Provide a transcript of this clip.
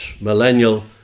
millennial